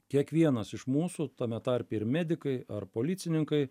kiekvienas iš mūsų tame tarpe ir medikai ar policininkai